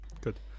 Good